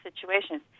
situations